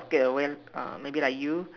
short get a way uh maybe like you